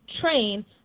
train